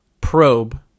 Probe